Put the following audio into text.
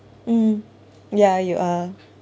mm ya you are